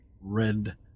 red